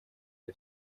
для